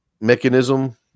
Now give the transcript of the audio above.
mechanism